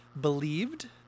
believed